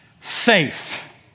safe